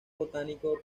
botánico